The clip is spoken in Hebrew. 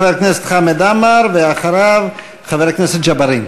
חבר הכנסת חמד עמאר, ואחריו, חבר הכנסת ג'בארין.